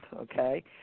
okay